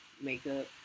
makeup